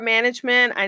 Management